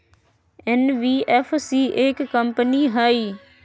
NBFC एक company हई?